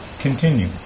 Continue